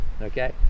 Okay